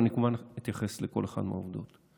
ואני כמובן אתייחס לכל אחת מהעובדות.